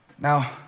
Now